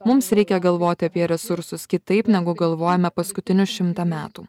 mums reikia galvoti apie resursus kitaip negu galvojome paskutinius šimtą metų